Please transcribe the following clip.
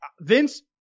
Vince